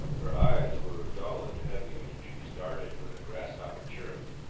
her eyes were dull and heavy, and she started when a grasshopper chirruped.